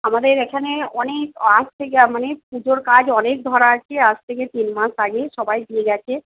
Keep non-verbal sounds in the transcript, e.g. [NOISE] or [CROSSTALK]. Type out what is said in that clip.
আমাদের এখানে অনেক [UNINTELLIGIBLE] থেকে মানে পুজোর কাজ অনেক ধরা আছে আজ থেকে তিনমাস আগে সবাই দিয়ে গেছে